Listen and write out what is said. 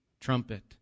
trumpet